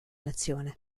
nazione